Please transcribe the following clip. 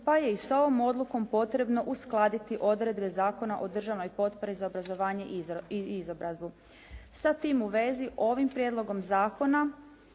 pa je i s ovom odlukom potrebno uskladiti odredbe Zakona o državnoj potpori za obrazovanje i izobrazbu. Sa tim u vezi ovim prijedlogom zakona